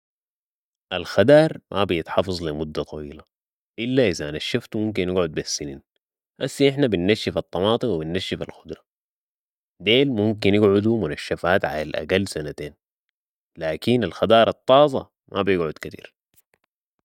الخدار ما بيتحفظ لي مده طويله ، الا إذا نشفته ممكن يقعد بالسنين هسي نحن بنشف الطماطم و بنشف الخدره ، ديل ممكن يقعدو منشفات على الأقل سنتين لكين الخدار الطازه ما بيقعد كتير